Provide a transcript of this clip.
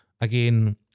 again